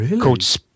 called